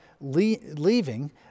leaving